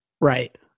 Right